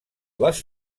les